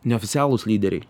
neoficialūs lyderiai